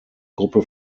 gruppe